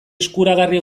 eskuragarri